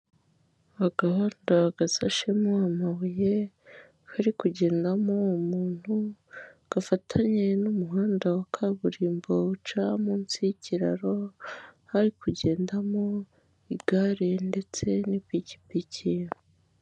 Agahanda gasashemo amabuye kari kugendamo umuntu, gafatanye n'umuhanda wa kaburimbo uwuca munsi y'ikiraro, hari kugendamo igare ndetse n'ipikipiki.